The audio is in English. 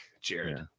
Jared